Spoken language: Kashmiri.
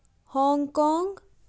Hong Kong